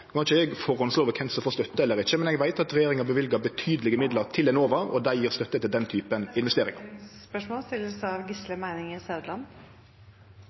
No kan ikkje eg på førehand love kven som får støtte, og ikkje, men eg veit at regjeringa har løyvd betydelege midlar til Enova, og dei gjev støtte til den typen investeringar. Det blir oppfølgingsspørsmål – Gisle Meininger Saudland.